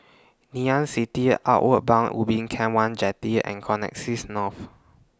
Ngee Ann City Outward Bound Ubin Camp one Jetty and Connexis North